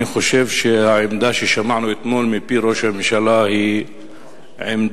אני חושב שהעמדה ששמענו אתמול מפי ראש הממשלה היא עמדה,